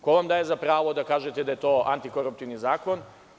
Ko vam daje za pravo da kažete da je to antikoruptivni zakon?